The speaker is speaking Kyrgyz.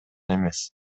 эмес